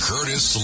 Curtis